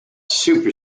super